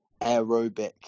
aerobic